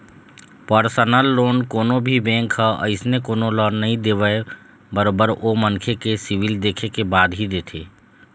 personal loan कोनो भी bank ह अइसने कोनो ल नइ देवय बरोबर ओ मनखे के सिविल देखे के बाद ही देथे